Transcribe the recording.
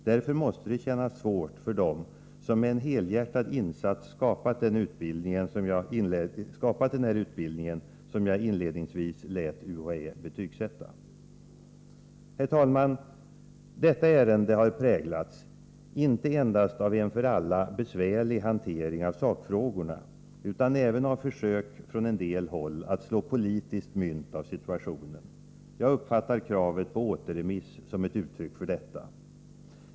Därför måste det kännas svårt för dem som med en helhjärtad insats skapat den här utbildningen, som jag inledningsvis lät UHÄ betygsätta. Herr talman! Detta ärende har präglats inte endast av en för alla besvärlig hantering av sakfrågorna utan även av försök från en del håll att slå politiskt mynt av situationen. Jag uppfattar kravet på återremiss som ett uttryck för detta.